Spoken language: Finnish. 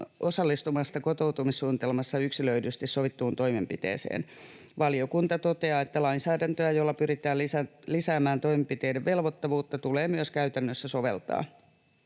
osallistumasta kotoutumissuunnitelmassa yksilöidysti sovittuun toimenpiteeseen. Valiokunta toteaa, että lainsäädäntöä, jolla pyritään lisäämään toimenpiteiden velvoittavuutta, tulee myös käytännössä soveltaa.